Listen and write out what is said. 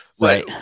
Right